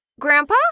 Grandpa